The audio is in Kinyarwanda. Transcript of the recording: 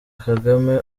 kagame